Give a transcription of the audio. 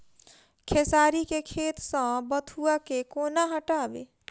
खेसारी केँ खेत सऽ बथुआ केँ कोना हटाबी